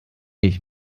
ich